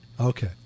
Okay